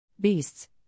Beasts